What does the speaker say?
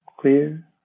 clear